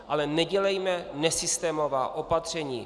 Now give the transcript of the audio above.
Ale nedělejme nesystémová opatření.